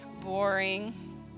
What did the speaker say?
boring